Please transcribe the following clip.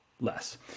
less